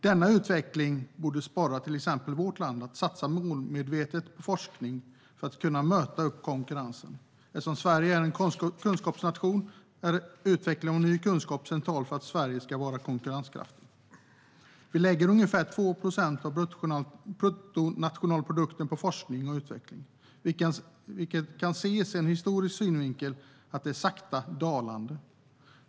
Denna utveckling borde sporra till exempel vårt land att satsa målmedvetet på forskning för att kunna möta konkurrensen. Eftersom Sverige är en kunskapsnation är utveckling av ny kunskap central för att Sverige ska vara konkurrenskraftigt. Vi lägger ungefär 2 procent av bruttonationalprodukten på forskning och utveckling, vilket ur historisk synvinkel är sakta dalande.